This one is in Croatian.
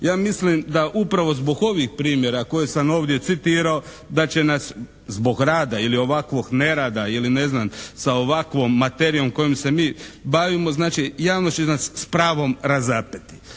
Ja mislim da upravo zbog ovih primjera koje sam ovdje citirao da će nas zbog rada ili ovakvog nerada, ili ne znam sa ovakvom materijom s kojom se mi bavimo znači javnost će nas s pravom razapeti.